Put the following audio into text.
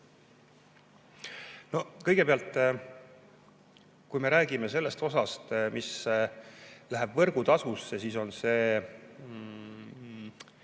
Kõigepealt, kui me räägime sellest osast, mis läheb võrgutasusse, siis on see